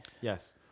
Yes